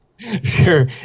Sure